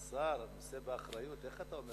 הוא שר, הוא נושא באחריות, איך אתה אומר את זה?